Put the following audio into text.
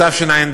בתשע"ד,